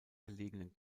gelegenen